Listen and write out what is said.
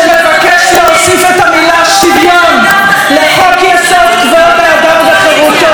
שמבקש להוסיף את המילה שוויון לחוק-יסוד: כבוד האדם וחירותו.